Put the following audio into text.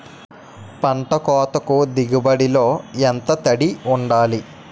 పంట కోతకు దిగుబడి లో ఎంత తడి వుండాలి?